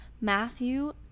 Matthew